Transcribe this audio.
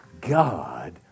God